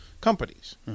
Companies